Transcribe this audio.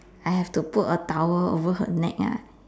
I have to put a towel over her neck lah